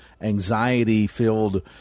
anxiety-filled